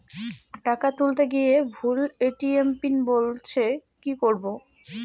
টাকা তুলতে গিয়ে ভুল এ.টি.এম পিন বলছে কি করবো?